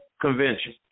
convention